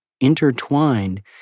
intertwined